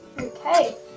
Okay